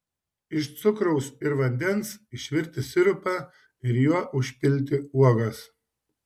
iš cukraus ir vandens išvirti sirupą ir juo užpilti uogas